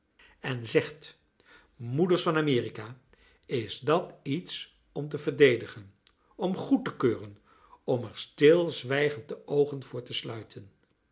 en zegt moeders van amerika is dat iets om te verdedigen om goed te keuren om er stilzwijgend de oogen voor te sluiten